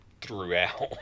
throughout